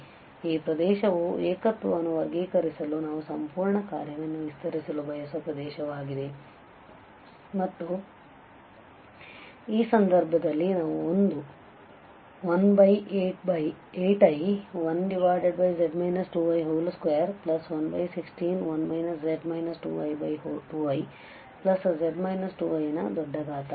ಆದ್ದರಿಂದ ಈ ಪ್ರದೇಶವು ಏಕತ್ವವನ್ನು ವರ್ಗೀಕರಿಸಲು ನಾವು ಸಂಪೂರ್ಣ ಕಾರ್ಯವನ್ನು ವಿಸ್ತರಿಸಲು ಬಯಸುವ ಪ್ರದೇಶವಾಗಿದೆ ಮತ್ತು ಈ ಸಂದರ್ಭದಲ್ಲಿ ಆದ್ದರಿಂದ ನಾವು 118i1z 2i21161 z 2i2i ನ ದೊಡ್ಡ ಘಾತ